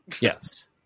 Yes